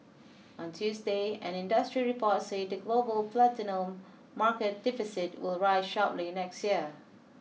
on Tuesday an industry report said the global platinum market deficit will rise sharply next year